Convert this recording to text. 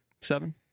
Seven